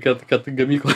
kad kad gamykloj